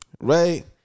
right